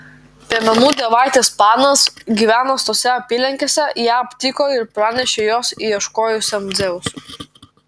piemenų dievaitis panas gyvenęs tose apylinkėse ją aptiko ir pranešė jos ieškojusiam dzeusui